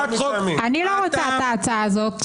אני לא רוצה את הצעת החוק הזו.